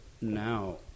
now